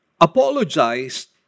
apologized